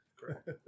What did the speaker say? Correct